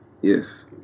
Yes